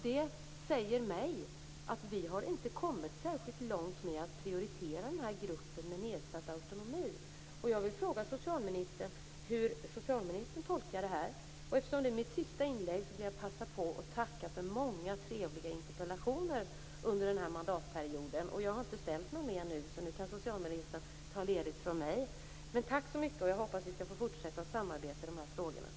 Detta säger mig att vi inte har kommit särskilt långt när det gäller att prioritera gruppen med nedsatt autonomi. Jag vill fråga socialministern hur hon tolkar det här. Eftersom detta är mitt sista inlägg vill jag också passa på att tacka för många trevliga interpellationsdebatter under den här mandatperioden. Jag har inte ställt någon mer interpellation, så nu kan socialministern ta ledigt från mig. Tack så mycket! Jag hoppas att vi skall få fortsätta att samarbeta i de här frågorna.